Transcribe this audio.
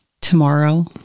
tomorrow